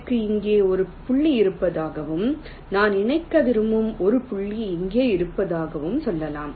எனக்கு இங்கே ஒரு புள்ளி இருப்பதாகவும் நான் இணைக்க விரும்பும் ஒரு புள்ளி இங்கே இருப்பதாகவும் சொல்லலாம்